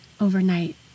overnight